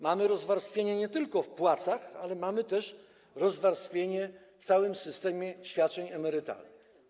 Mamy rozwarstwienia nie tylko w płacach, ale mamy też rozwarstwienie w całym systemie świadczeń emerytalnych.